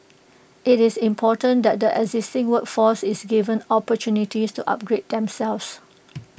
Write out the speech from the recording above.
IT is important that the existing workforce is given opportunities to upgrade themselves